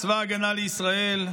צבא ההגנה לישראל,